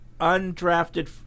undrafted